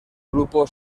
grupo